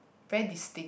very distinct